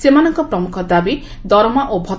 ସେମାନଙ୍କ ପ୍ରମୁଖ ଦାବି ଦରମା ଓ ଭଉ